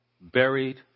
buried